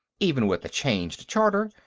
even with a changed charter,